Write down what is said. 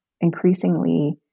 increasingly